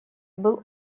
был